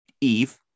Eve